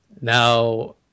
Now